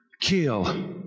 kill